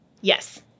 Yes